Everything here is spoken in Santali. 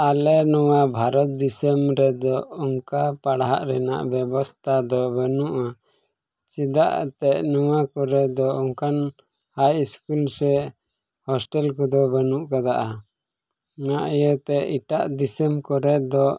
ᱟᱞᱮ ᱱᱚᱣᱟ ᱵᱷᱟᱨᱚᱛ ᱫᱤᱥᱚᱢ ᱨᱮᱫᱚ ᱚᱱᱠᱟ ᱯᱟᱲᱦᱟᱜ ᱨᱮᱱᱟᱜ ᱵᱮᱵᱚᱥᱛᱷᱟ ᱫᱚ ᱵᱟᱹᱱᱩᱜᱼᱟ ᱪᱮᱫᱟᱜ ᱮᱱᱛᱮᱫ ᱱᱚᱣᱟ ᱠᱚᱨᱮ ᱫᱚ ᱚᱱᱠᱟᱱ ᱦᱟᱭ ᱥᱠᱩᱞ ᱥᱮ ᱦᱳᱴᱮᱞ ᱠᱚᱫᱚ ᱵᱟᱹᱱᱩᱜ ᱠᱟᱫᱟ ᱱᱚᱣᱟ ᱤᱭᱟᱹᱛᱮ ᱮᱴᱟᱜ ᱫᱤᱥᱚᱢ ᱠᱚᱨᱮ ᱫᱚ